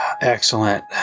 Excellent